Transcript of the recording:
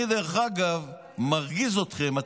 אני מרגיז אתכם,